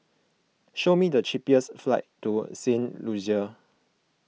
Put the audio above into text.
show me the cheapest flights to Saint Lucia